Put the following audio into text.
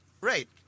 Right